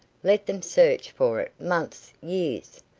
let them search for it months years.